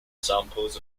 examples